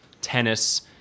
tennis